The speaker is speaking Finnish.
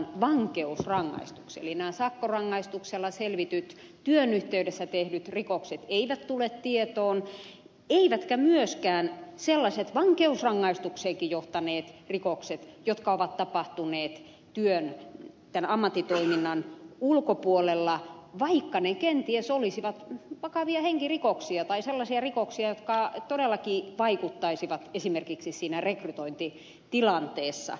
eli nämä sakkorangaistuksella selvitetyt työn yhteydessä tehdyt rikokset eivät tule tietoon eivätkä myöskään sellaiset vankeusrangaistukseenkin johtaneet rikokset jotka ovat tapahtuneet työn tämän ammattitoiminnan ulkopuolella vaikka ne kenties olisivat vakavia henkirikoksia tai sellaisia rikoksia jotka todellakin vaikuttaisivat esimerkiksi siinä rekrytointitilanteessa